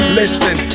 listen